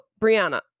Brianna